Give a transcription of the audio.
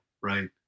right